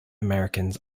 americans